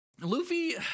Luffy